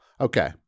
Okay